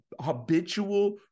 habitual